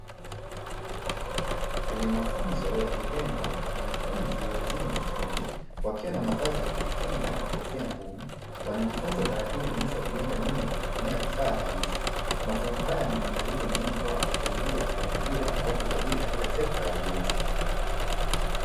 Kwenye mafunzo ya vitendo wanafunzi wa elimu ya ufundi wakiwa na mavazi ya kujikinga na kofia ngumu, wanajifunza taratibu jinsi ya kujenga nyumba kwa kutumia vifaa halisi, mafunzo haya ni maandalizi muhimu kwao kuingia kwenye ajira au kujiajiri katika sekta ya ujenzi.